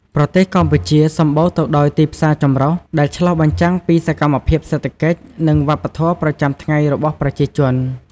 ប្រទេសកម្ពុជា សម្បូរទៅដោយទីផ្សារចម្រុះ ដែលឆ្លុះបញ្ចាំងពីសកម្មភាពសេដ្ឋកិច្ច និងវប្បធម៌ប្រចាំថ្ងៃរបស់ប្រជាជន។